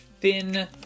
thin